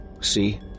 see